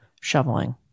shoveling